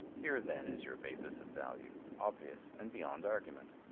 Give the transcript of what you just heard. here then is your basis of value, obvious and beyond argument.